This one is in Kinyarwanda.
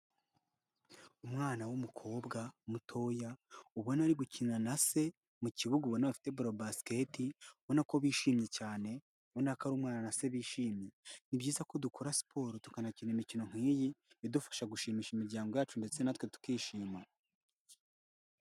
Umwana w'umukobwa mutoya ubona ari gukina na se mu kibuga ubona bafite baro ya basiketi ubona ko bishimye cyane ubona ko ari umwana na se bishimye. Ni byiza ko dukora siporo tukanakina imikino nk'iyi idufasha gushimisha imiryango yacu ndetse natwe tukishimana.